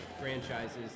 franchises